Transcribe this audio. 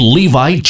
Levi